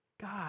God